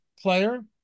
player